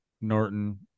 norton